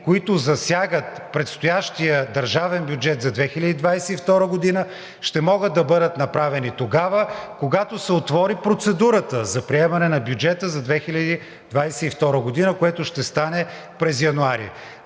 които засягат предстоящия държавен бюджет за 2022 г., ще могат да бъдат направени тогава, когато се отвори процедурата за приемане на бюджета за 2022 г., което ще стане през месец януари.